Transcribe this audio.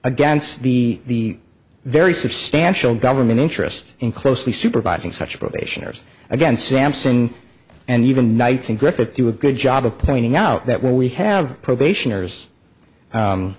against the very substantial government interest in closely supervising such probationers against sampson and even knights and griffith do a good job of pointing out that we have probationers